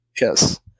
Yes